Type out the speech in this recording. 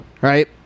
right